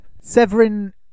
Severin